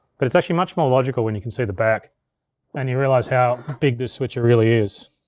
but it's actually much more logical when you can see the back and you realize how big this switcher really is.